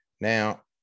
Now